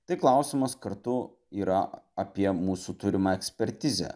tai klausimas kartu yra apie mūsų turimą ekspertizę